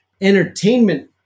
entertainment